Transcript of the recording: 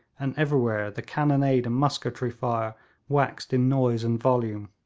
and everywhere the cannonade and musketry fire waxed in noise and volume.